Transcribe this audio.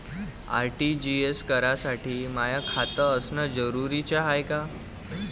RTGS करासाठी माय खात असनं जरुरीच हाय का?